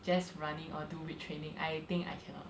just running or do weight training I think I cannot